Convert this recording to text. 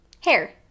Hair